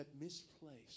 misplaced